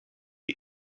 the